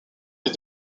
des